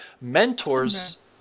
mentors